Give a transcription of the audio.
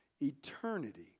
Eternity